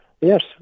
Yes